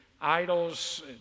idols